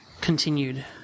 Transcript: continued